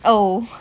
oh